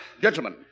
Gentlemen